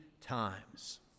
times